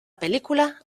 película